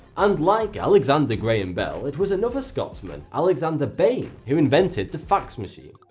and like alexander graham bell, it was another scotsman, alexander bain, who invented the fax machine.